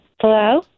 Hello